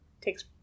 takes